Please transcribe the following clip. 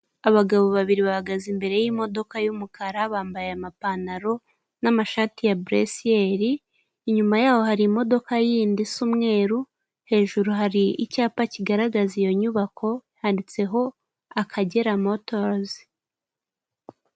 Abagabo babiri bahagaze imbere y'imodoka y'umukara bambaye amapantaro n'amashati ya buresiyeri, inyuma yaho hari imodoka yindi isa umweru, hejuru hari icyapa kigaragaza iyo nyubako handitseho Akagera motozi.